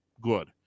good